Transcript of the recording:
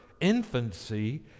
infancy